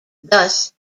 thus